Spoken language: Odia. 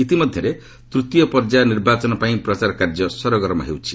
ଇତିମଧ୍ୟରେ ତୂତୀୟ ପର୍ଯ୍ୟାୟ ନିର୍ବାଚନ ପାଇଁ ପ୍ରଚାର କାର୍ଯ୍ୟ ସରଗରମ ହେଉଛି